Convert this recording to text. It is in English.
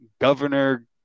governor